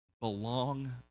belong